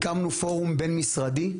הקמנו פורום בין-משרדי,